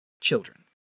Children